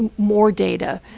more data,